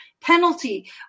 penalty